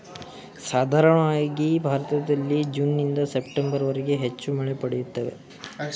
ಸಾಧಾರಣವಾಗಿ ಭಾರತದಲ್ಲಿ ಜೂನ್ನಿಂದ ಸೆಪ್ಟೆಂಬರ್ವರೆಗೆ ಹೆಚ್ಚು ಮಳೆ ಪಡೆಯುತ್ತೇವೆ